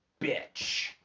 bitch